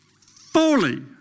fully